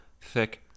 thick